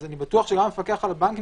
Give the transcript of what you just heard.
אז אני בטוח שגם המפקח על הבנקים,